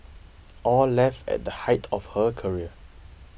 aw left at the height of her career